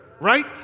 right